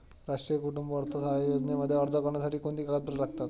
राष्ट्रीय कुटुंब अर्थसहाय्य योजनेमध्ये अर्ज करण्यासाठी कोणती कागदपत्रे लागतात?